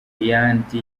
yandi